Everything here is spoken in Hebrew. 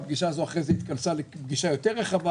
הפגישה הזו אחר כך התכנסה לפגישה יותר רחבה,